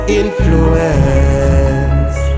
influence